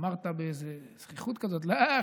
אמרת באיזה זחיחות כזו: לא,